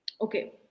okay